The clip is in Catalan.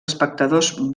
espectadors